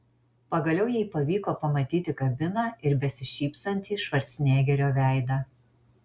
pagaliau jai pavyko pamatyti kabiną ir besišypsantį švarcnegerio veidą